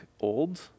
old